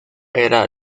era